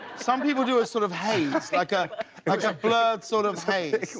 some people do a sort of haze like a blurred sort of haze.